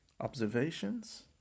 observations